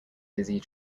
busy